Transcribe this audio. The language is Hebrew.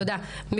תודה, רותי.